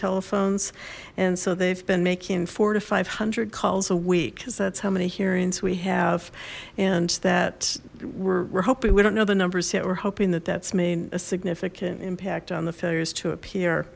telephones and so they've been making four to five hundred calls a week because that's how many hearings we have and that we're hoping we don't know the numbers yet we're hoping that that's made a significant impact on the failures to appear